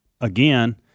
again